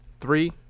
Three